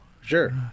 Sure